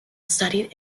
studied